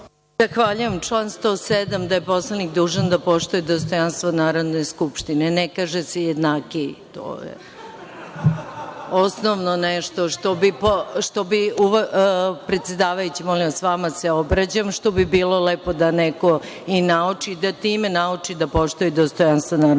Zahvaljujem. Član 107. da je poslanik dužan da poštuje dostojanstvo Narodne skupštine. Ne kaže se jednakiji, to je osnovno nešto što bi, predsedavajući molim vas, vama se obraćam, što bi bilo lepo i da neko nauči, i da time nauči da poštuje dostojanstvo Narodne skupštine. Drugo,